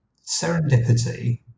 serendipity